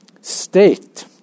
state